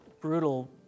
brutal